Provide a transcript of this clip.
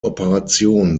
operation